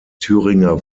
thüringer